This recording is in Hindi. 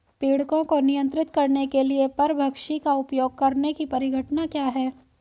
पीड़कों को नियंत्रित करने के लिए परभक्षी का उपयोग करने की परिघटना क्या है?